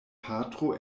patro